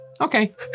Okay